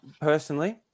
personally